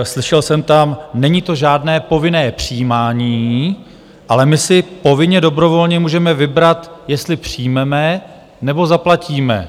Slyšel jsem tam: není to žádné povinné přijímání, ale my si povinně dobrovolně můžeme vybrat, jestli přijmeme, nebo zaplatíme.